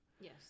Yes